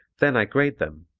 then i grade them,